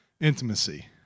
Intimacy